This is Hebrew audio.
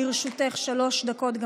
גם לרשותך שלוש דקות.